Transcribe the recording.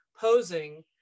posing